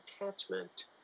attachment